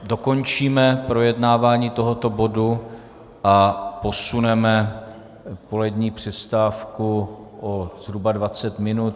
Dokončíme projednáváme tohoto bodu a posuneme polední přestávku o zhruba 20 minut.